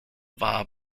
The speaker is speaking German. war